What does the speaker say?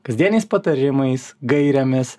kasdieniais patarimais gairėmis